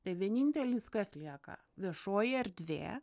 tai vienintelis kas lieka viešoji erdvė